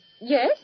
Yes